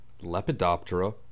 Lepidoptera